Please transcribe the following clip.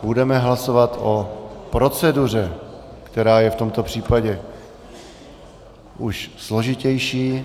Budeme hlasovat o proceduře, která je v tomto případě už složitější.